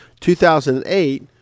2008